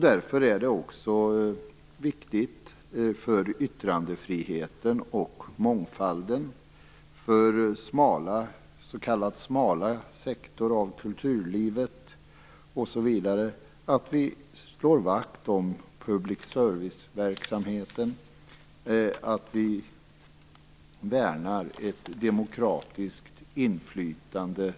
Därför är det också viktigt för yttrandefriheten och mångfalden i de s.k. smala sektorerna av kulturlivet osv. att vi slår vakt om public service-verksamheten och värnar ett demokratiskt inflytande, i alla